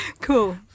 Cool